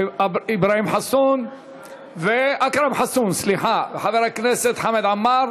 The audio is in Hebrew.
אכרם חסון וחבר הכנסת חמד עמאר.